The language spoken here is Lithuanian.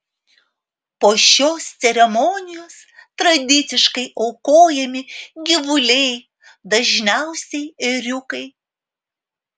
po šios ceremonijos tradiciškai aukojami gyvuliai dažniausiai ėriukai